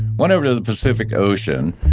went over to the pacific ocean,